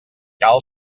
cal